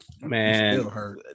Man